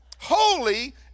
Holy